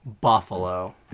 Buffalo